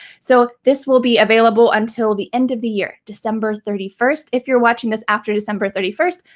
so this will be available until the end of the year, december thirty first. if you're watching this after december thirty first,